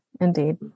indeed